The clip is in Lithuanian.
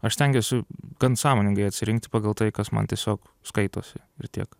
aš stengiuosi gan sąmoningai atsirinkti pagal tai kas man tiesiog skaitosi ir tiek